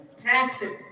practice